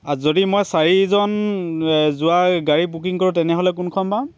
আৰু যদি মই চাৰিজন যোৱা গাড়ী বুকিং কৰোঁ তেনেহ'লে কোনখন পাম